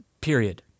period